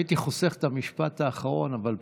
הייתי חוסך את המשפט האחרון, אבל בסדר.